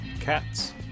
cats